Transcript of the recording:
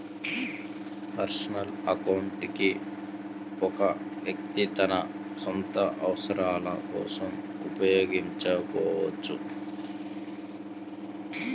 personal account ని ఒక వ్యక్తి తన సొంత అవసరాల కోసం ఉపయోగించుకోవచ్చు